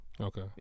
Okay